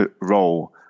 role